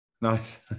Nice